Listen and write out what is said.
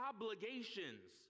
Obligations